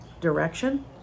direction